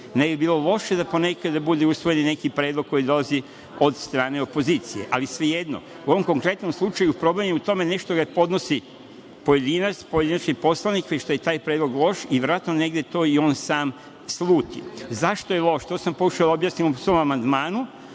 bi bilo loše da ponekad bude usvoje i po neki predlog koji dolazi od strane opozicije. Ali, svejedno, u ovom konkretnom slučaju problem je u tome, ne što ga podnosi pojedinac, pojedinac je poslanik, već što je taj predlog loš, i verovatno to negde i on sam sluti.Zašto je loš? To sam pokušao da objasnim u svom amandmanu,